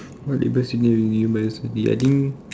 what labels do you think you might ya I think